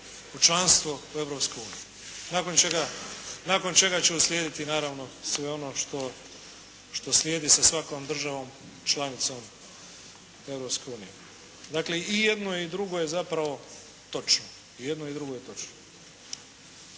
u članstvo Europske unije nakon čega će uslijediti naravno sve ono što slijedi sa svakom državom članicom Europske unije. Dakle i jedno i drugo je zapravo točno.